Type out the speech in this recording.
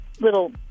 little